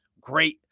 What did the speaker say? great